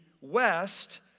West